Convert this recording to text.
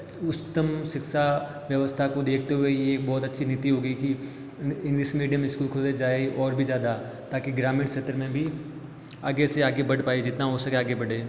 उच्चत्तम शिक्षा व्यवस्था को देखते हुए ये बहुत अच्छी नीति होगी कि इंग्लिस मीडियम स्कूल खोले जाएं ओर भी ज़्यादा ताकि ग्रामीण क्षेत्र में भी आगे से आगे बढ़ पाएं जितना हो सके आगे बढ़ें